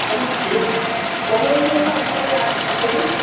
घणनि ॾींहंनि खां पोइ यादि कयो थी